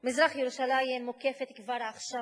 מזרח-ירושלים מוקפת כבר עכשיו במחסומים,